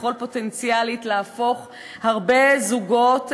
יכול פוטנציאלית להפוך הרבה זוגות לעבריינים,